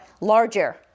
larger